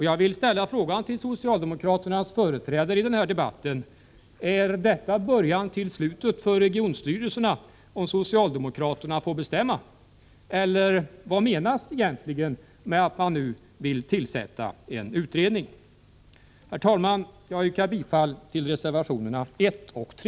Jag vill fråga socialdemokraternas företrädare i den här debatten: Är detta början till slutet för regionstyrelserna, om socialdemokraterna får bestämma? Eller vad menas egentligen med att man nu vill tillsätta en utredning? Herr talman! Jag yrkar bifall till reservationerna 1 och 3.